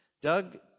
Doug